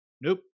nope